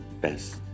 best